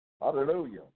Hallelujah